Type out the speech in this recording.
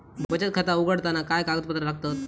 बचत खाता उघडताना काय कागदपत्रा लागतत?